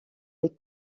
les